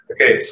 Okay